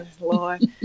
Lord